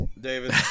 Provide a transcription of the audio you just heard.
David